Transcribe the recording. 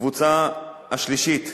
הקבוצה השלישית,